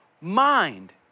mind